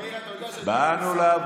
מאיר, אתה יודע, באנו לעבוד.